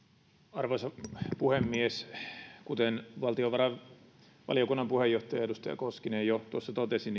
arvoisa puhemies kuten valtiovarainvaliokunnan puheenjohtaja edustaja koskinen ja moni muukin jo tuossa totesi